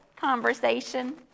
conversation